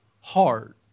hard